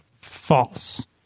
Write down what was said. False